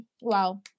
Wow